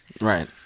Right